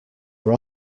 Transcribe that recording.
are